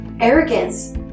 Arrogance